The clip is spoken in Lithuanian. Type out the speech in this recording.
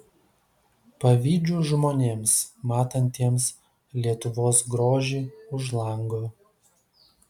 pavydžiu žmonėms matantiems lietuvos grožį už lango